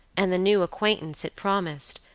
and the new acquaintance it promised,